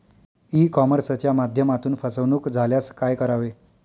E कॉमर्सच्या माध्यमातून फसवणूक झाल्यास काय करावे?